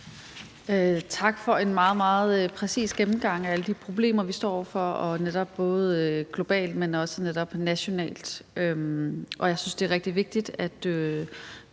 Tak for en meget, meget præcis gennemgang af alle de problemer, vi står over for, netop både globalt, men også nationalt, og jeg synes, det er rigtig vigtigt, at